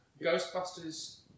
Ghostbusters